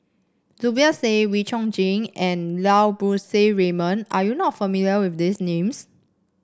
Zubir Said Wee Chong Jin and Lau Poo Seng Raymond are you not familiar with these names